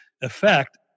effect